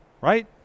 Right